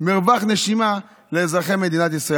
קצת מרווח נשימה לאזרחי מדינת ישראל.